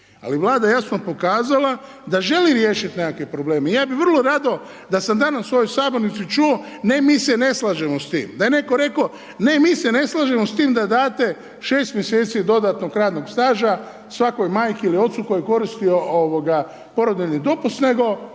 Ali Vlada je jasno pokazala da želi riješiti nekakav problem i ja bi vrlo rado da sam danas u ovoj sabornici čuo ne, mi se ne slažemo s tim, da je netko rekao, ne, mi se ne slažemo s time, da date 6 mj. dodatnog radnog staža svakoj majci ili ocu koji je koristio porodiljni dopust nego